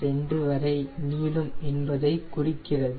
2 வரை நீளும் என்பதை குறிக்கிறது